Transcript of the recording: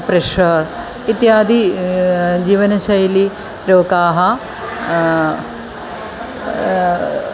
pressure इत्यादि जीवनशैली रोगाः